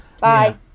Bye